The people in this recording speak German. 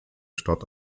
stadt